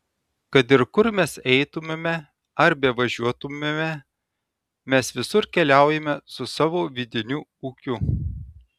kad ir kur mes eitumėme ar bevažiuotumėme mes visur keliaujame su savo vidiniu ūkiu